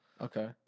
Okay